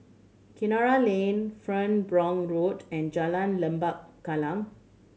Kinara Lane Farnborough Road and Jalan Lembah Kallang